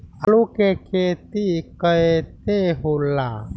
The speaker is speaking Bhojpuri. आलू के खेती कैसे होला?